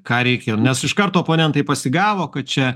ką reikia nes iš karto oponentai pasigavo kad čia